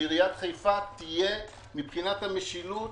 שהעירייה תהיה מבחינת המשילות,